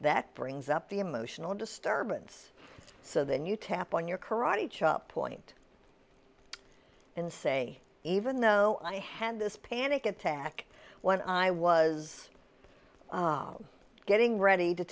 that brings up the emotional disturbance so then you tap on your karate chop point in se even though i had this panic attack when i was getting ready to